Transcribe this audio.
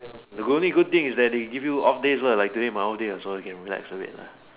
the only good things that they give you off days lah like today my off day lah so I can relax a bit lah